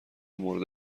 مورد